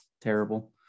terrible